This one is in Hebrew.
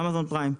באמזון פריים.